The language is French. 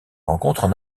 rencontrent